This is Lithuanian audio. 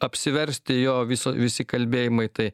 apsiversti jo viso visi kalbėjimai tai